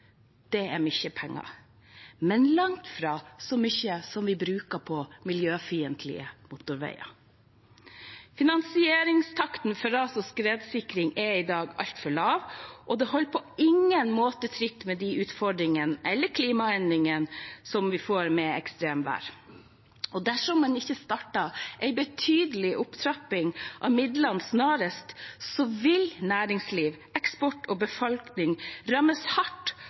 Det er mye penger, men langt fra så mye som vi bruker på miljøfiendtlige motorveier. Finansieringstakten for ras- og skredsikring er i dag altfor lav, og den holder på ingen måte tritt med de utfordringene og klimaendringene som vi får med ekstremvær. Dersom man ikke starter en betydelig opptrapping av midlene snarest, vil næringsliv, eksport og befolkning rammes hardt,